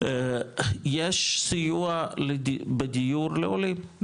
יש סיוע בדיור לעולים,